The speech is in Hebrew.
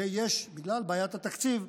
בגלל בעיית התקציב,